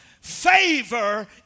Favor